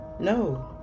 no